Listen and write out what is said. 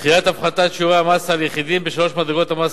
דחיית הפחתת שיעורי המס על יחידים בשלוש מדרגות המס